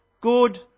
good